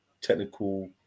technical